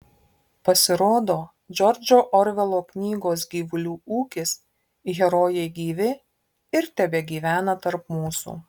pasirodo džordžo orvelo knygos gyvulių ūkis herojai gyvi ir tebegyvena tarp mūsų